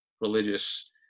religious